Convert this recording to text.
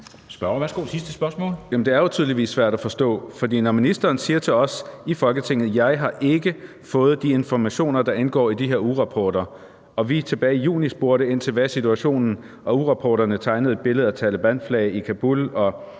det er jo tydeligvis svært at forstå. Ministeren siger til os i Folketinget, at hun ikke har fået de informationer, der indgår i de her ugerapporter. Da vi tilbage i juni spurgte ind til, hvad situationen var, hvor rapporterne tegnede et billede af Talebanflag i Kabul